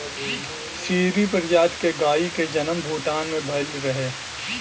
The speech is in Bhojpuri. सीरी प्रजाति के गाई के जनम भूटान में भइल रहे